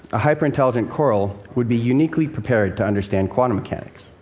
a hyperintelligent coral would be uniquely prepared to understand quantum mechanics.